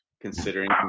considering